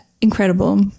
incredible